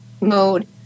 mode